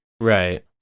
Right